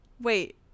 Wait